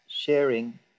sharing